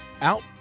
out